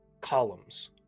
columns